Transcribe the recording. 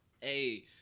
Hey